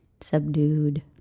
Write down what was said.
subdued